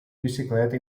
bicicleta